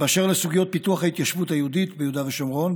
באשר לסוגיות פיתוח ההתיישבות היהודית ביהודה ושומרון,